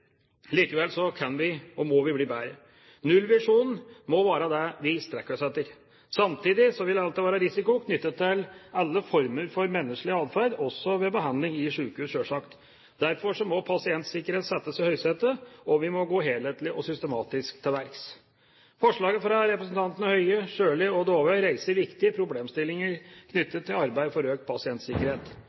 Likevel kan vi – og må vi – bli bedre. Nullvisjonen må være det vi strekker oss etter. Samtidig vil det alltid være risiko knyttet til alle former for menneskelig atferd, også ved behandling i sykehus, sjølsagt. Derfor må pasientsikkerhet settes i høysetet, og vi må gå helhetlig og systematisk til verks. Forslaget fra representantene Høie, Sjøli og Dåvøy reiser viktige problemstillinger knyttet til arbeidet for økt pasientsikkerhet.